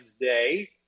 day